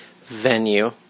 venue